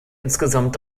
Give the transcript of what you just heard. insgesamt